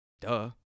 duh